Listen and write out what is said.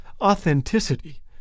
authenticity